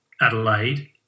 Adelaide